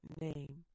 name